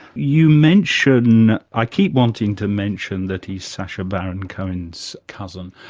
you mention. i keep wanting to mention that he's sacha baron-cohen's cousin,